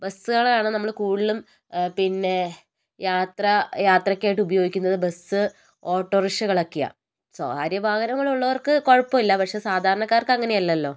ബസ്സുകളാണ് നമ്മൾ കൂടുതലും പിന്നെ യാത്ര യാതക്കായിട്ട് ഉപയോഗിക്കുന്നത് ബസ്സ് ഓട്ടോറിക്ഷകളൊക്കെയാണ് സ്വകാര്യ വാഹനങ്ങൾ ഉള്ളവർക്ക് കുഴപ്പമില്ല പക്ഷേ സാധാരണക്കാർക്ക് അങ്ങനെയല്ലല്ലോ